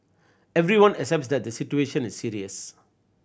everyone accepts that the situation is serious